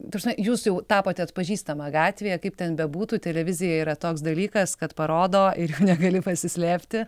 ta prasme jūs jau tapote atpažįstama gatvėje kaip ten bebūtų televizija yra toks dalykas kad parodo ir jau negali pasislėpti